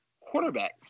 quarterback